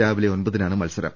രാവിലെ ഒൻപതിനാണ് മത്സരം